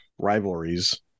rivalries